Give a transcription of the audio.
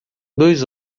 dois